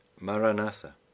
Maranatha